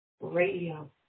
Radio